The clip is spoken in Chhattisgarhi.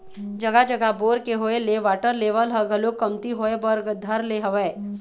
जघा जघा बोर के होय ले वाटर लेवल ह घलोक कमती होय बर धर ले हवय